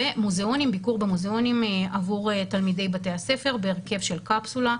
ומוזיאונים ביקור במוזיאונים עבור תלמידי בתי הספר בהרכב של קפסולה,